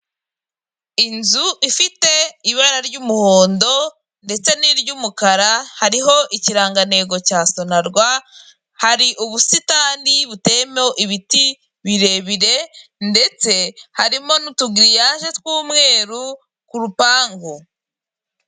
inzu ifite ibara ry'umuhondo, ndetse n'iry'umukara hariho ikirangantego cya sonarwa, hari ubusitani butemewemo ibiti birebire ndetse harimo n'utugiriyaje tw'umweru ku rukuta harimo n'urupangu.